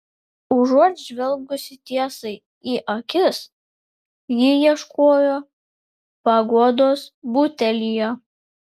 užuot žvelgusi tiesai į akis ji ieškojo paguodos butelyje